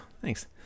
thanks